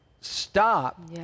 stop